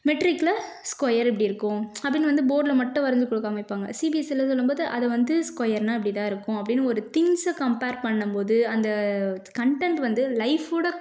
மெட்ரிக்ல square இப்படி இருக்கும் அப்படின்னு வந்து போர்ட்ல மட்டும் வரைஞ்சி கு காமிப்பாங்க சிபிஎஸ்சியில சொல்லும்போது அதை வந்து ஸ்கொயர்னால் இப்படிதான் இருக்கும் அப்படின்னு ஒரு திங்ஸை கம்பேர் பண்ணும்போது அந்த கன்டெண்ட் வந்து லைஃபோட